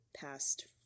past